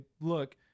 look